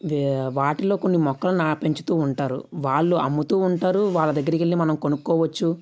వాటిలో కొన్ని మొక్కలు నా పెంచుతూ ఉంటారు వాళ్ళు అమ్ముతూ ఉంటారు వాళ్ళ దగ్గరికి వెళ్లి మనం కొనుక్కోవచ్చు